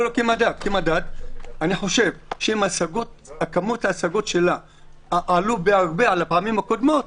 אני חושב שאם כמות ההשגות שלה עלו בהרבה על הפעמים הקודמות,